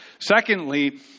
Secondly